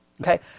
Okay